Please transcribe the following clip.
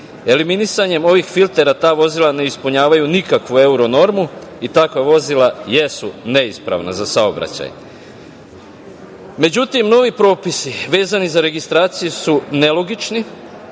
Eliminisanjem ovih filtera ta vozila ne ispunjavaju nikakvu euro normu i takva vozila jesu neispravna za saobraćaj.Međutim, novi propisi vezani za registraciju su nelogični,